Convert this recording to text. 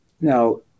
now